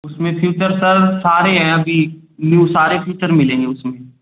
उसमें features सारे हैं अभी न्यू सारे फीचर मिलेंगे उसमें